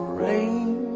rain